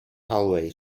hallway